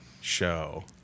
show